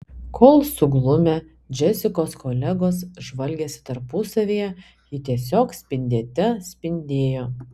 kol suglumę džesikos kolegos žvalgėsi tarpusavyje ji tiesiog spindėte spindėjo